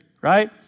right